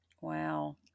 Wow